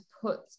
put